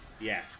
Yes